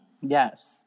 Yes